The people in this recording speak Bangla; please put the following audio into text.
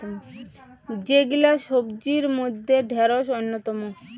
যেগিলা সবজির মইধ্যে ঢেড়স অইন্যতম